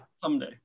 Someday